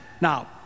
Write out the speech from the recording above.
now